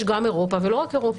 יש גם אירופה, אבל לא רק אירופה.